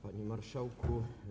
Panie Marszałku!